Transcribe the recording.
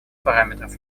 параметров